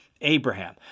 Abraham